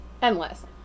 Endless